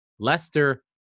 Leicester